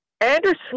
Anderson